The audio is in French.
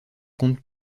compte